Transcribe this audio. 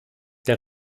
der